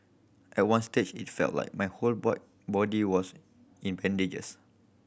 at one stage it felt like my whole boy body was in bandages